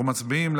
אנחנו מצביעים.